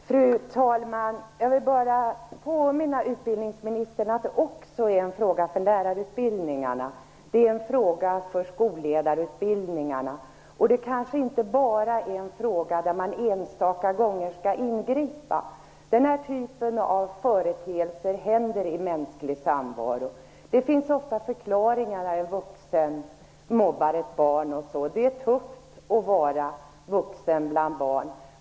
Fru talman! Jag vill bara påminna utbildningsministern om att detta är en fråga också för lärarutbildningarna och skolledarutbildningarna. Det är kanske inte bara en fråga där man enstaka gånger skall ingripa. Denna typ av företeelse förekommer i mänsklig samvaro. Det finns ofta förklaringar när en vuxen mobbar ett barn. Det kan vara tufft att vara ensam vuxen bland barn.